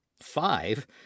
five